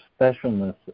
specialness